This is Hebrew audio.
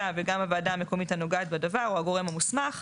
וגם הוועדה המקומית הנוגעת בדבר או הגורם המוסמך,